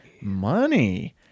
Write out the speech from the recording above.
Money